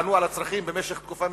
שיענו על הצרכים במשך תקופה מסוימת,